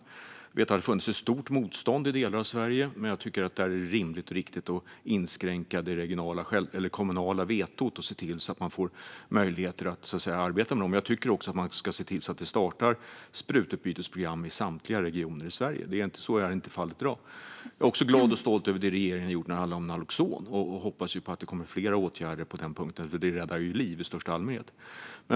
Jag vet att det har funnits ett stort motstånd i delar av Sverige, och jag tycker att det är rimligt och riktigt att inskränka det kommunala vetot och se till att det finns möjligheter att arbeta med detta. Jag tycker att man ska se till att det startas sprututbytesprogram i samtliga regioner i Sverige. Så är inte fallet i dag. Jag är också glad och stolt över det regeringen har gjort när det gäller naloxon och hoppas att det kommer fler åtgärder på den punkten. Det räddar nämligen liv i största allmänhet.